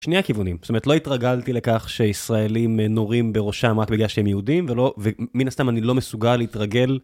שני הכיוונים זאת אומרת לא התרגלתי לכך שישראלים נורים בראשם רק בגלל שהם יהודים ולא ומן הסתם אני לא מסוגל להתרגל.